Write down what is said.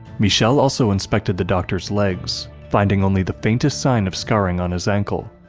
michel also inspected the doctor's legs, finding only the faintest sign of scarring on his ankle,